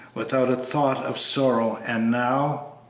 without a thought of sorrow, and now